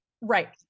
Right